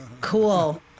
cool